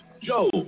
Joe